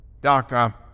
Doctor